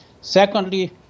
Secondly